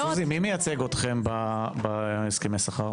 סוזי, מי מייצג אתכם בהסכמי השכר?